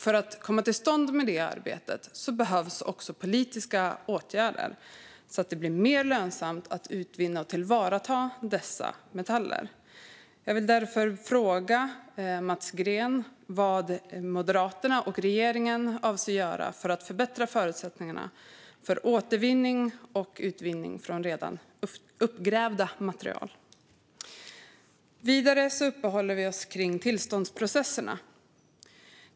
För att få till stånd detta arbete behövs politiska åtgärder så att det blir mer lönsamt att utvinna och tillvarata dessa mineral och metaller. Vad avser Moderaterna och regeringen att göra för att förbättra förutsättningarna för utvinning och återvinning från redan uppgrävda material? Så till tillståndsprocesserna.